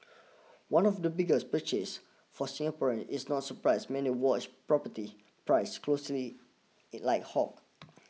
one of the biggest purchase for Singaporeans is not surprise many watch property prices closely like hawk